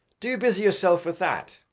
do you busy yourself with that?